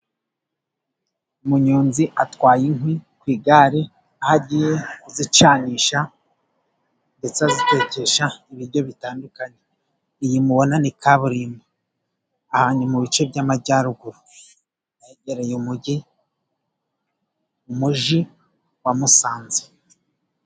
Umunyonzi atwaye inkwi ku igare , aho agiye kuzicanisha ndetse azitekesha ibiryo bitandukanye. Iyi mubona ni kaburimbo , aha ni mu bice by'Amajyaruguru ahegereye umugi wa Musanze.